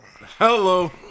Hello